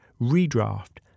redraft